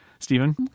Stephen